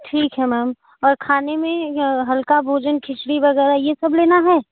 ठीक है म्याम और खाने में य हल्का भोजन खिचड़ी वगैरह यह सब लेना है